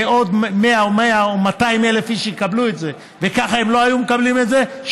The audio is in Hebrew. ועוד 100,000 או 200,000 איש יקבלו את זה וככה הם לא היו מקבלים את זה,